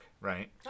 right